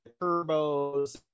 Turbos